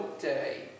day